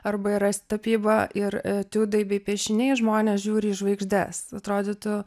arba yra stapyba ir etiudai bei piešiniai žmonės žiūri į žvaigždes atrodytų